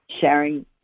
sharing